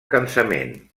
cansament